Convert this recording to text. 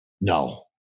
No